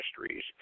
mysteries